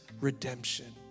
redemption